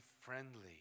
friendly